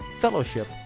fellowship